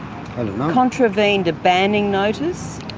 contravened a banning notice,